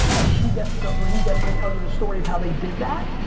and she gets to, or he gets to, tell you the story of how they did that.